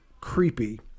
creepy